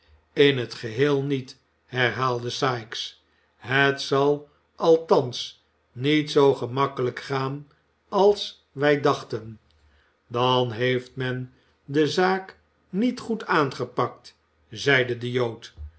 in het geheel niet herhaalde sikes het zal althans niet zoo gemakkelijk gaan als wij dachten dan heeft men de zaak niet goed aangepakt zeide de jood